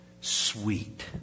Sweet